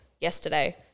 yesterday